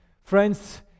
Friends